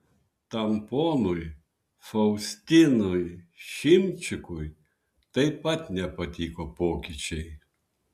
tam ponui faustinui šimčikui taip pat nepatiko pokyčiai